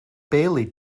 baillie